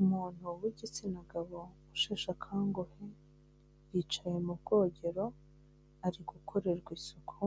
Umuntu w'igitsina gabo usheshe akanguhe, yicaye mu bwogero ari gukorerwa isuku,